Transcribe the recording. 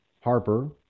Harper